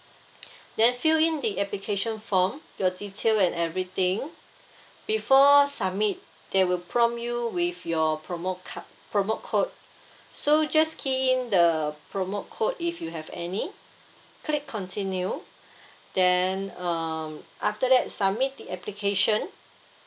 then fill in the application form your detail and everything before submit they will prompt you with your promo ca~ promote code so just key in the promo code if you have any click continue then um after that submit the application